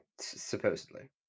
supposedly